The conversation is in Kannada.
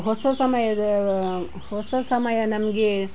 ಹೊಸ ಸಮಯದ ಹೊಸ ಸಮಯ ನಮಗೆ